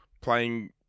playing